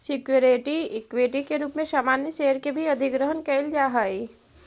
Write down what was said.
security equity के रूप में सामान्य शेयर के भी अधिग्रहण कईल जा हई